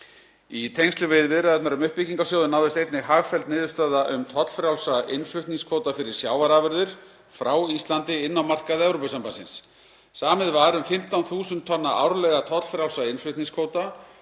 Í tengslum við viðræðurnar um uppbyggingarsjóðinn náðist einnig hagfelld niðurstaða um tollfrjálsa innflutningskvóta fyrir sjávarafurðir frá Íslandi inn á markaði Evrópusambandsins. Samið var um 15.000 tonna árlega tollfrjálsa innflutningskvóta